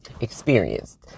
experienced